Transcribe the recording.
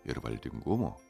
ir valdingumo